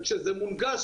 וכשזה מונגש,